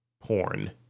porn